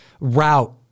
route